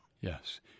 Yes